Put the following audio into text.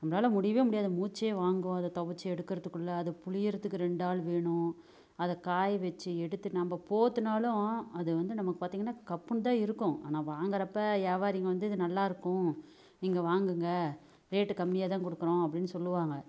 நம்மளால முடியவே முடியாது மூச்சே வாங்கும் அதை துவச்சி எடுக்கிறதுக்குள்ள அதை புழியறதுக்கு ரெண்டு ஆள் வேணும் அதை காயவச்சி எடுத்து நம்ம போர்த்துனாலும் அதை வந்து நமக்கு பார்த்தீங்கன்னா கப்புனுதான் இருக்கும் ஆனால் வாங்குறப்ப வியாபாரிங்க வந்து இது நல்லாயிருக்கும் நீங்கள் வாங்குங்க ரேட் கம்மியாக தான் கொடுக்குறோம் அப்படின்னு சொல்லுவாங்க